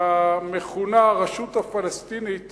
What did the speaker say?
שהמכונה הרשות הפלסטינית